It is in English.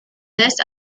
this